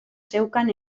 zeukan